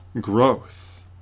growth